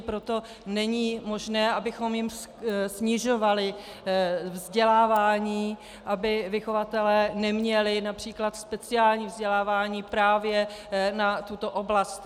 Proto není možné, abychom jim snižovali vzdělávání, aby vychovatelé neměli např. speciální vzdělávání právě na tuto oblast.